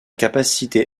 capacité